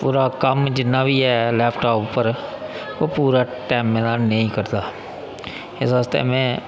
पूरा कम्मा जिन्ना बी ऐ लैप टाप उप्पर ओह् पूरा टैमें दा नेईं करदा इस आस्तै मैं